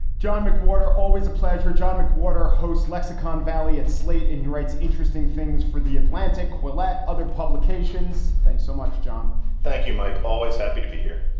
john mcwhorter, always a pleasure. john mcwhorter hosts lexicon valley at slate and he writes interesting things for the atlantic. willette other publications. thanks so much, john thank you, mike. always happy to be here